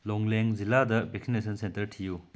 ꯂꯣꯡꯂꯦꯡ ꯖꯤꯂꯥꯗ vaccination centre ꯊꯤꯌꯨ